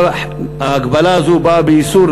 ההגבלה הזאת באה באיסור,